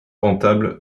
rentable